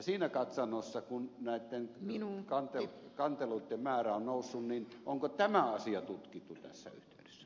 siinä katsannossa kun näitten kanteluitten määrä on noussut onko tämä asia tutkittu tässä yhteydessä